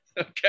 Okay